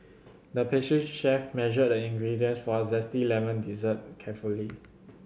the pastry chef measured the ingredients for a zesty lemon dessert carefully